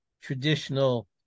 traditional